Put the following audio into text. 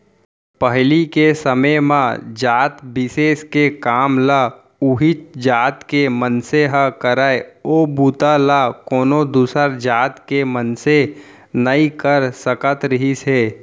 पहिली के समे म जात बिसेस के काम ल उहींच जात के मनसे ह करय ओ बूता ल कोनो दूसर जात के मनसे नइ कर सकत रिहिस हे